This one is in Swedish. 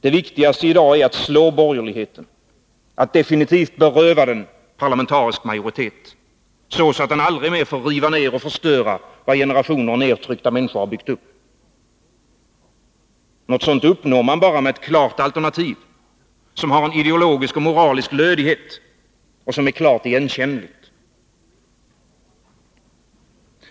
Det viktigaste i dag är att slå borgerligheten, att definitivt beröva den parlamentarisk majoritet, så att den aldrig mer får riva ner och förstöra vad generationer nertryckta människor byggt upp. Det uppnår man bara med ett klart alternativ, som har en ideologisk och moralisk lödighet och som är klart igenkännligt.